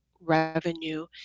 revenue